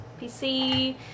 PC